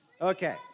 Okay